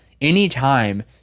Anytime